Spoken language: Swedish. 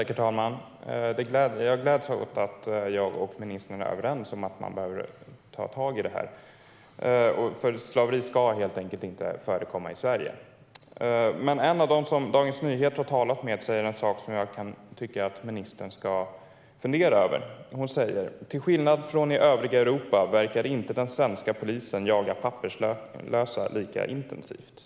Herr talman! Det gläder mig att jag och ministern är överens om att vi behöver ta tag i detta. Slaveri ska inte förekomma i Sverige. En av dem som Dagens Nyheter har talat med säger något som ministern borde fundera på: att till skillnad från i Europa verkar den svenska polisen inte jaga papperslösa lika intensivt.